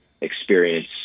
experience